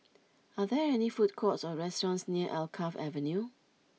are there any food courts or restaurants near Alkaff Avenue